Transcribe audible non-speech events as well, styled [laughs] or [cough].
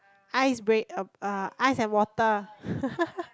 ice bre~ uh uh ice and water [laughs]